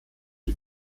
die